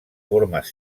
formes